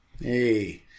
Hey